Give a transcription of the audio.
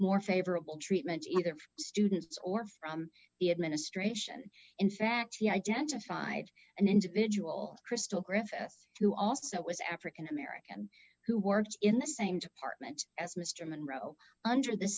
more favorable treatment either for students or from the administration in fact he identified an individual crystal who also was african american who worked in the same department as mr monroe under the